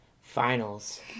finals